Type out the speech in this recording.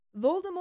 Voldemort